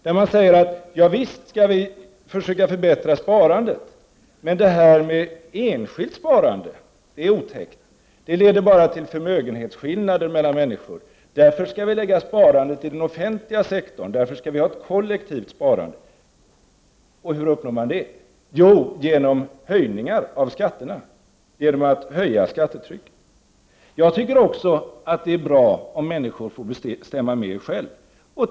Där säger man: Ja, visst skall vi försöka förbättra sparandet, men enskilt sparande är otäckt — det leder bara till förmögenhetsskillnader mellan människor — och därför skall vi lägga sparandet i den offentliga sektorn, därför skall vi ha ett kollektivt sparande. Och hur uppnår man det? Jo, genom höjningar av skatterna, genom att höja skattetrycket. Jag tycker också att det är bra om människor får bestämma mer själva.